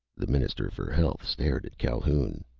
the minister for health stared at calhoun.